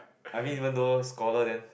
I mean even though scholar then